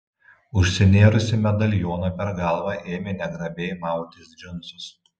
užsinėrusi medalioną per galvą ėmė negrabiai mautis džinsus